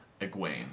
Egwene